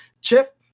chip